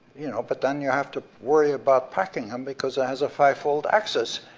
you know, but then you have to worry about packing them because it has a five-fold axis.